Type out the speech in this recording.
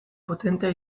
potentea